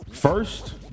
First